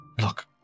Look